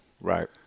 Right